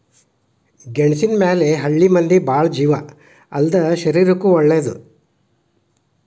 ಗೆಣಸಿನ ಮ್ಯಾಲ ಹಳ್ಳಿ ಮಂದಿ ಬಾಳ ಜೇವ ಅಲ್ಲದೇ ಶರೇರಕ್ಕೂ ವಳೇದ